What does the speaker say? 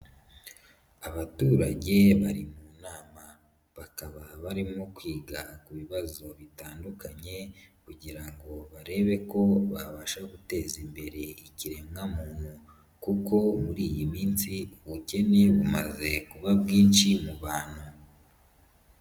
Abaturage bari mu nama. Bakaba barimo kwiga ku bibazo bitandukanye kugira ngo barebe ko babasha guteza imbere ikiremwamuntu kuko muri iyi minsi ubukene bumaze kuba bwinshi mu bantu.